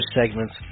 segments